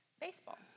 baseball